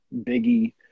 biggie